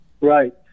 Right